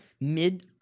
mid